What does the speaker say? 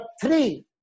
three